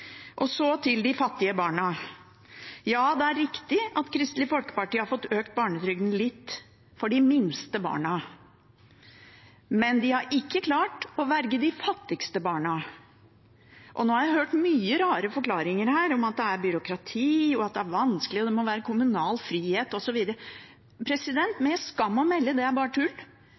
Så til de fattige barna. Ja, det er riktig at Kristelig Folkeparti har fått økt barnetrygden litt for de minste barna, men de har ikke klart å verge de fattigste barna. Nå har jeg hørt mange rare forklaringer her om at det er byråkrati og at det er vanskelig og det må være kommunal frihet osv. Med skam å melde – det er bare tull.